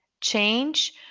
change